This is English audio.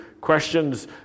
questions